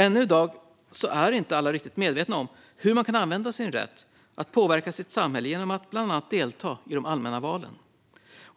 Ännu i dag är inte alla riktigt medvetna om hur man kan använda sin rätt att påverka sitt samhälle bland annat genom att delta i allmänna val.